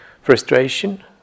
frustration